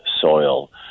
soil